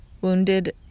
wounded